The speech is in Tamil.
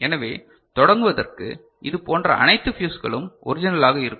எனவே தொடங்குவதற்கு இது போன்ற அனைத்து ஃபியூஸ்களும் ஒரிஜினலாக இருக்கும்